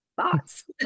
thoughts